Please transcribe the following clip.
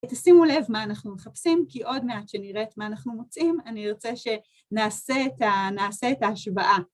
תשימו לב מה אנחנו מחפשים, כי עוד מעט שנראית מה אנחנו מוצאים, אני רוצה שנעשה את ההשוואה.